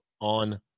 on